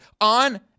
on